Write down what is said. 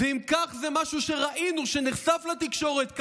ואם כך, זה משהו שראינו, שנחשף לתקשורת.